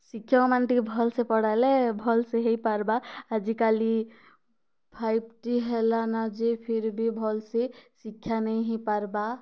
ଶିକ୍ଷକମାନେ ଟିକିଏ ଭଲ୍ସେ ପଢ଼ାଲେ ଭଲ୍ସେ ହେଇପାରବା ଆଜିକାଲି ଫାଇବ୍ ଟି ହେଲାନ ଯେ ଫିର୍ବି ଭଲ ସେ ଶିକ୍ଷା ନାଇଁ ହେଇପାର୍ବା